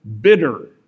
bitter